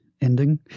ending